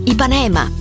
Ipanema